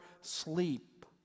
sleep